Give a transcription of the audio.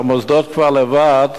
שהמוסדות כבר לבד,